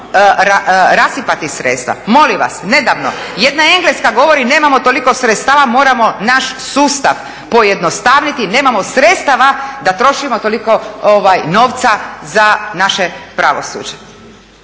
potrebno rasipati sredstva. Molim vas, nedavno, jedna Engleska govori, nemamo toliko sredstava, moramo naš sustav pojednostaviti, nemamo sredstava da trošimo toliko novca za naše pravosuđe.